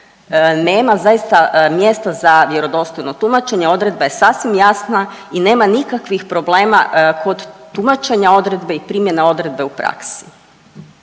nema zaista mjesta za vjerodostojno tumačenje, odredba je sasvim jasna i nema nikakvih problema kod tumačenja odredbe i primjene odredbe u praksi.